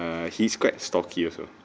uh he's quite stocky also